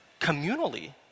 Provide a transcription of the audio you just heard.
communally